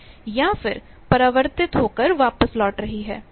या फिर परावर्तित होकर वापस लौट रही है